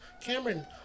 Cameron